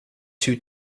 two